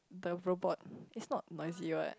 the robot it's not noisy [what]